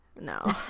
no